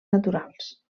naturals